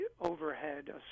overhead